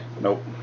Nope